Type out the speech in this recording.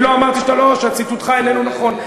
אני לא אמרתי שציטוטך איננו נכון.